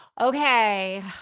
Okay